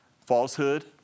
falsehood